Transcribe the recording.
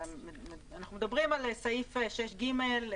אנחנו מדברים על סעיף 6(ג),